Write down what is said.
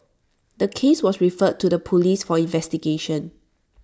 the case was referred to the Police for investigation